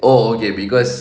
oh okay cause